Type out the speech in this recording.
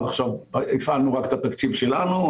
עד עכשיו הפעלנו רק את התקציב שלנו.